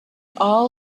all